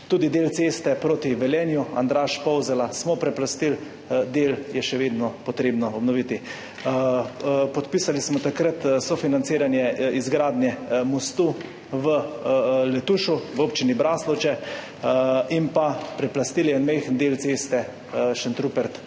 Tudi del ceste proti Velenju, Andraž–Polzela, smo preplastili, del je še vedno potrebno obnoviti. Takrat smo podpisali sofinanciranje izgradnje mostu v Letušu v občini Braslovče in preplastili en majhen del ceste Šentrupert–Letuš.